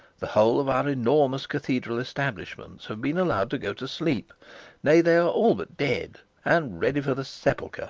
the whole of our enormous cathedral establishments have been allowed to go to sleep nay, they are all but dead and ready for the sepulchre!